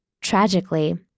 Tragically